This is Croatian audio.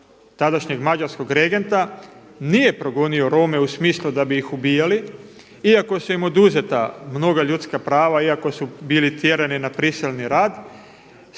tadašnjeg mađarskog regneta nije progonio Rome u smislu da bi ih ubijali iako su im oduzeta mnoga ljudska prava, iako su bili tjerani na prisilni rad